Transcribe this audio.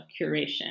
curation